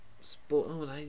sport